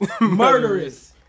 Murderous